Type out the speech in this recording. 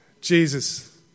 Jesus